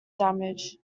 damage